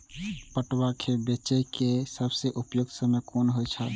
पटुआ केय बेचय केय सबसं उपयुक्त समय कोन होय छल?